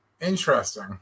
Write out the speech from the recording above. Interesting